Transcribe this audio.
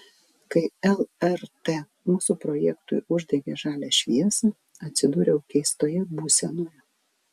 kai lrt mūsų projektui uždegė žalią šviesą atsidūriau keistoje būsenoje